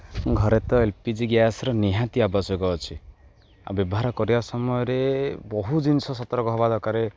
ଘରେ ତ L P G ଗ୍ୟାସ୍ର ନିହାତି ଆବଶ୍ୟକ ଅଛି ଆଉ ବ୍ୟବହାର କରିବା ସମୟରେ ବହୁ ଜିନିଷ ସତର୍କ ହେବା ଦରକାର